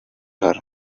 her